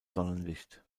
sonnenlicht